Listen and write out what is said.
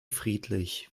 friedlich